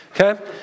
Okay